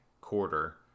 quarter